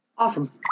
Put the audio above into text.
Awesome